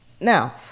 Now